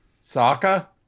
Saka